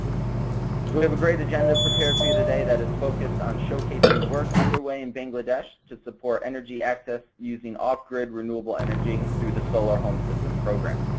we have great agenda prepared for you today that is focused on showcasing work underway in bangladesh to support energy access using off-grid renewable energy through the solar home systems program.